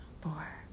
four